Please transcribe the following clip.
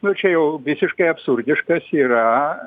nu čia jau visiškai absurdiškas yra